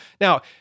Now